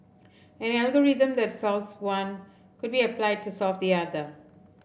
an algorithm that solves one could be applied to solve the other